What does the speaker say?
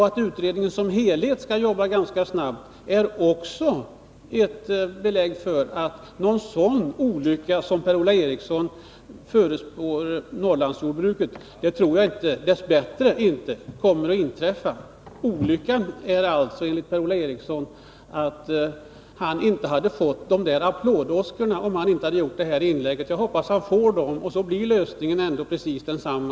Att utredningen som helhet skall jobba ganska snabbt är också belägg för att någon sådan olycka som den Per-Ola Eriksson förespår Norrlandsjordbruket dess bättre inte kommer att inträffa. Olyckan är alltså, enligt Per-Ola Eriksson, att han inte fått dessa applådåskor om han inte hade gjort detta inlägg. Jag hoppas han får dem. Lösningen blir ändå precis densamma.